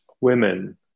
women